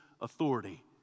authority